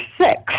six